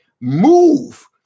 Move